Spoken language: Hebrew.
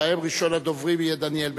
שבהם ראשון הדוברים יהיה דניאל בן-סימון.